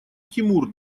тимур